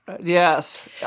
Yes